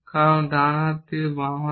কারণ ডান হাত থেকে বাম দিকে